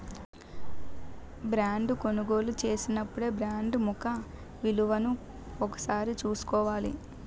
బాండును కొనుగోలు చేసినపుడే బాండు ముఖ విలువను ఒకసారి చూసుకోవాల